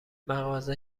مغازه